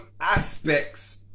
aspects